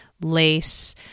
lace